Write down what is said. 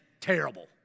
terrible